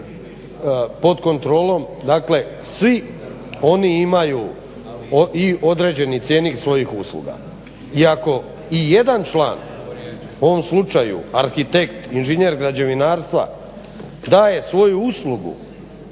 pod kontrolom. Dakle, svi oni imaju i određeni cjenik svojih usluga. I ako i jedan član u ovom slučaju arhitekt, inženjer građevinarstva daje svoju uslugu